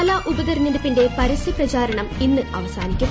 പാലാ ഉപതെരഞ്ഞെടുപ്പിന്റെ പ്രസ്യ പ്രചാരണം ഇന്ന് ന് അവസാനിക്കും